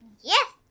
Yes